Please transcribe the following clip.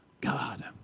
God